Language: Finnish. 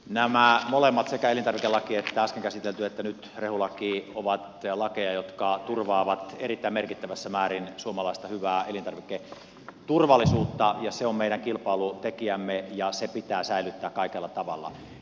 nämä molemmat sekä äsken käsitelty elintarvikelaki että nyt käsiteltävä rehulaki ovat lakeja jotka turvaavat erittäin merkittävässä määrin suomalaista hyvää elintarviketurvallisuutta ja se on meidän kilpailutekijämme ja se pitää säilyttää kaikella tavalla